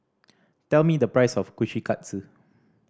tell me the price of Kushikatsu